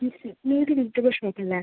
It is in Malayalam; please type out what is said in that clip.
ഇത് നീതി വെജിറ്റബിൾ ഷോപ്പല്ലേ